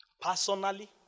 Personally